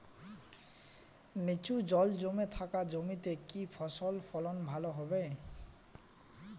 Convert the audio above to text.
নিচু জল জমে থাকা জমিতে কি ফসল ফলন ভালো হবে?